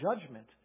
judgment